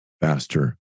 faster